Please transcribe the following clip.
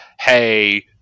hey